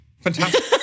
fantastic